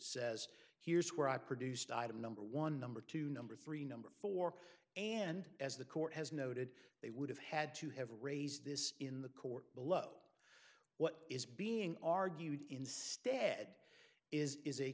says here's where i produced item number one number two number three number four and as the court has noted they would have had to have raised this in the court below what is being argued instead is